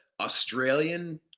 Australian